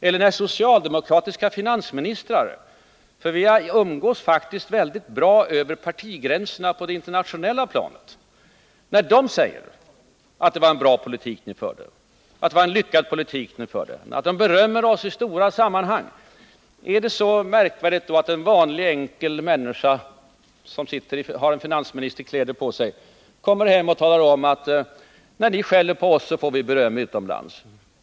Och socialdemokratiska finansministrar — vi umgås faktiskt väldigt bra över partigränserna på det internationella planet — säger att det var en fin och lyckad politik vi förde. Vi får beröm i stora sammanhang. Är det då så märkvärdigt att en vanlig, enkel människa som har ekonomiministerkläder på sig kommer hem och talar om, att när ni skäller på oss, får vi beröm utomlands?